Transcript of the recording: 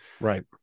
Right